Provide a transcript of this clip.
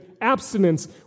abstinence